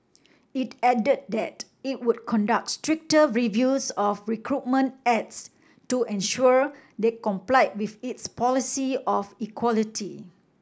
it added that it would conduct stricter reviews of recruitment ads to ensure they complied with its policy of equality